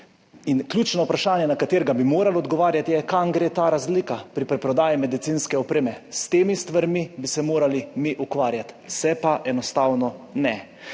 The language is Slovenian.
Ključno vprašanje, na katero bi morali odgovarjati, je, kam gre ta razlika pri preprodaji medicinske opreme. S temi stvarmi bi se morali mi ukvarjati, se pa enostavno ne.